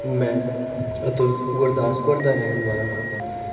ਮੈਂ ਅਤੁਲ ਗੁਰਦਾਸਪੁਰ ਦਾ ਰਹਿਣ ਵਾਲਾ ਹਾਂ